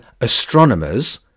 astronomers